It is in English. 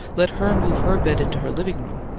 let her move her bed into her living room,